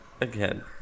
again